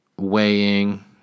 weighing